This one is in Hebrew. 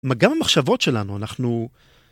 מגם המחשבות שלנו, אנחנו...